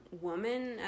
woman